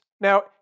Now